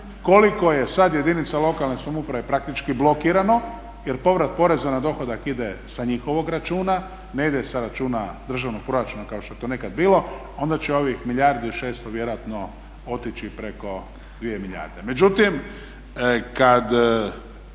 koliko je sad jedinica lokalne samouprave praktično blokirano jer povrat poreza na dohodak ide sa njihovog računa, ne ide sa računa državnog proračuna kao što je to nekad bilo, onda će ovih milijardu i 600 vjerojatno otići preko 2 milijarde. Međutim, kad